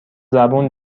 زبون